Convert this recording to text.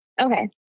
Okay